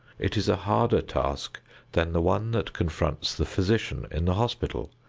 it is a harder task than the one that confronts the physician in the hospital,